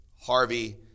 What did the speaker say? Harvey